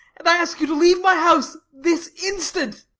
and i ask you to leave my house this instant.